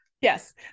Yes